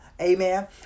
amen